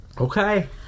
Okay